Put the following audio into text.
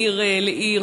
מעיר לעיר.